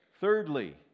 Thirdly